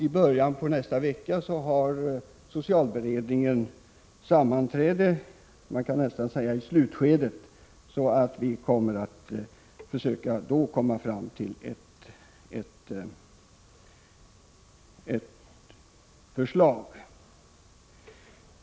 I början av nästa vecka har socialberedningen sammanträde — man kan nästan säga att beredningen befinner sig i slutskedet av sitt arbete — och vi skall då försöka komma fram till ett förslag.